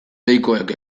deikoek